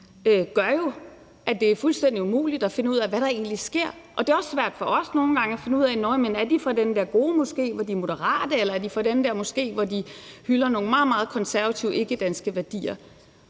gør jo, at det er fuldstændig umuligt at finde ud af, hvad der egentlig sker, og det er også svært for os nogle gange at finde ud af, om de er fra den der gode moské, hvor de er moderate, eller om de er fra den der moské, hvor de hylder nogle meget, meget konservative ikkedanske værdier.